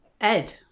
Ed